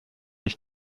ich